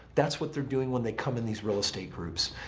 that's what they're doing when they come in these real estate groups.